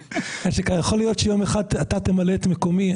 יכול להיות שיום אחד אתה תמלא את מקומי.